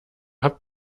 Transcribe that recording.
habt